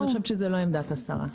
אני חושבת שזאת לא עמדת השרה.